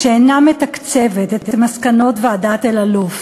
שאינה מתקצבת את מסקנות ועדת אלאלוף